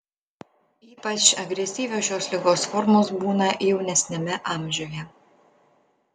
ypač agresyvios šios ligos formos būna jaunesniame amžiuje